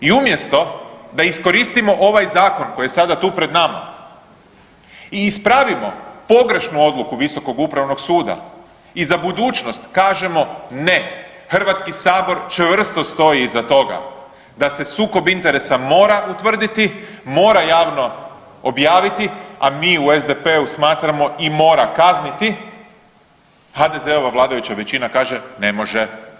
I umjesto da iskoristimo ovaj zakon koji je sada tu pred nama i ispravimo pogrešnu odluku Visokog upravnog suda i za budućnost kažemo, ne Hrvatski sabor čvrsto stoji iza toga da se sukob interesa mora utvrditi, mora javno objaviti, a mi u SDP-u smatramo i mora kazniti, HDZ-ova vladajuća većina kaže ne može.